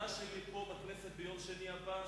אני מזמין אותך להרצאה שלי פה בכנסת ביום שני הבא,